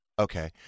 Okay